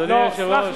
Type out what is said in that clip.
ממה כרמל שאמה פגוע?